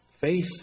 Faith